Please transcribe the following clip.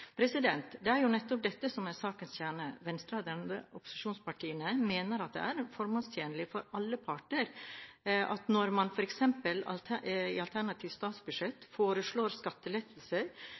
Det er jo nettopp dette som er sakens kjerne. Venstre og de andre opposisjonspartiene mener det er formålstjenlig for alle parter at når man – i f.eks. alternative statsbudsjetter – foreslår